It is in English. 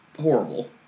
horrible